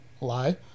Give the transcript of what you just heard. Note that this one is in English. lie